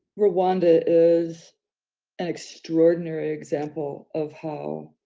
rwanda is an extraordinary example of how